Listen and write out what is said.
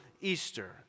Easter